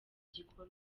gikorwa